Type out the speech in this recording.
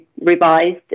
revised